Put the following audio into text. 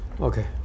Okay